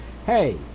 Hey